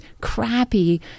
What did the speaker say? crappy